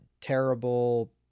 terrible